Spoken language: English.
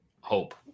Hope